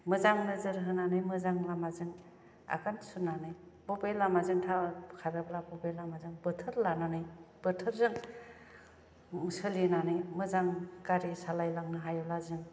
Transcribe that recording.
मोजां नोजोर होनानै मोजां लामाजों आगान सुरनानै बबे लामाजों थाबाय खारोब्ला बबे लामाजों बोथोर लानानै बोथोरजों सोलिनानै मोजां गारि सालायलांनो हायोब्ला जों